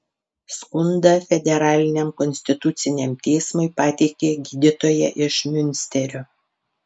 skundą federaliniam konstituciniam teismui pateikė gydytoja iš miunsterio